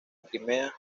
crimea